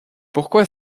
pourquoi